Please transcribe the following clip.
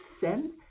send